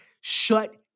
shut